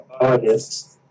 August